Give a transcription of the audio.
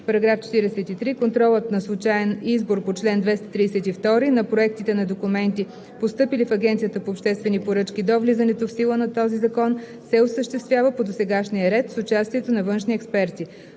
§ 43: „§ 43. Контролът на случаен избор по чл. 232 на проектите на документи, постъпили в Агенцията по обществени поръчки до влизането в сила на този закон, се осъществява по досегашния ред, с участието на външни експерти.“